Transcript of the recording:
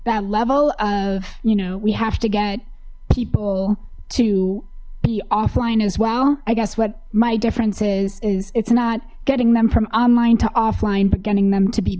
that level of you know we have to get people to be offline as well i guess what my difference is is it's not getting them from online to offline but getting them to be